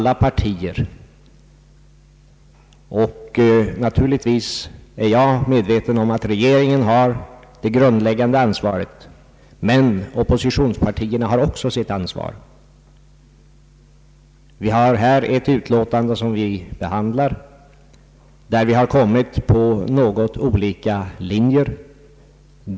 Naturligtvis är jag medveten om att regeringen har det grundläggande ansvaret, men oppositionspartierna har också sitt ansvar. I det utlåtande vi nu behandlar har något olika åsikter kommit till uttryck.